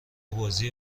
بازی